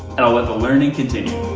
and i'll let the learning continue.